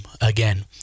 again